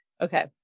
Okay